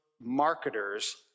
marketers